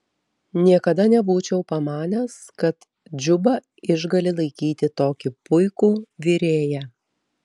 niekada nebūčiau pamanęs kad džuba išgali laikyti tokį puikų virėją